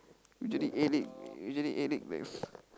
usually ate it usually ate it there's